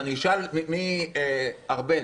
ארבל,